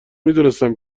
میدونستم